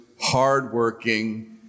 hardworking